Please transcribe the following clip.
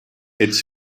ets